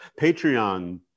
Patreon